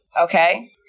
Okay